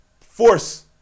force